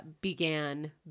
began